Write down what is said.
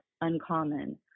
uncommon